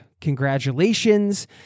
congratulations